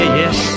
yes